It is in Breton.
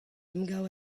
emgav